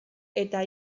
eta